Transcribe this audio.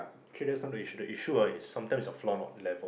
okay that is not the issue the issue ah is sometimes the floor not land